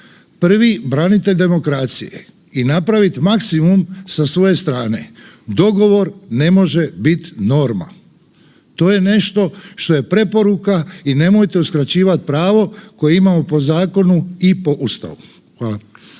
prvi branitelj demokracije i napraviti maksimum sa svoje strane. Dogovor ne može biti norma, to je nešto je preporuka i nemojte uskraćivati pravo koje imamo po zakonu i po Ustavu.